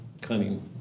cunning